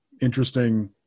interesting –